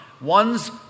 one's